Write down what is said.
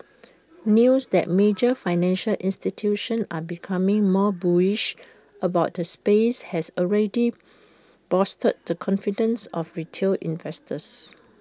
news that major financial institutions are becoming more bullish about the space has already bolstered the confidence of retail investors